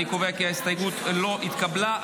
אני קובע כי ההסתייגות לא התקבלה.